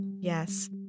Yes